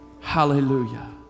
Hallelujah